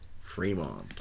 Fremont